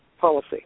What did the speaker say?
policy